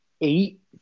Eight